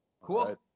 Cool